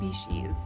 species